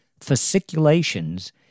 fasciculations